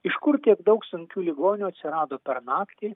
iš kur tiek daug sunkių ligonių atsirado per naktį